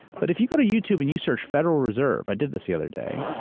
but if you go to youtube and you search federal reserve, i did this the other day,